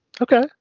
Okay